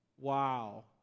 Wow